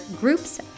Groups